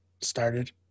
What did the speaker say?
started